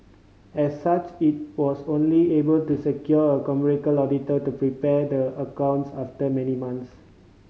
as such it was only able to secure a commercial auditor to prepare the accounts after many months